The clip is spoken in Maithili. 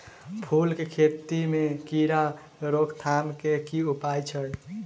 फूल केँ खेती मे कीड़ा रोकथाम केँ की उपाय छै?